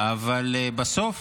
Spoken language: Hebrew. אבל בסוף